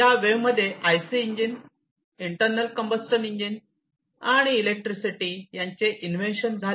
या वेव्ह मध्ये IC engine internal combustion engine आणि इलेक्ट्रिसिटी यांचे इंवेंशन झाले